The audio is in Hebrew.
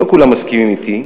לא כולם מסכימים אתי.